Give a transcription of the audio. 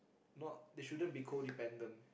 not they should be codependent